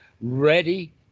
ready